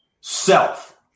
self